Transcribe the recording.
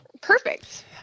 perfect